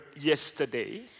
yesterday